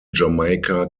jamaica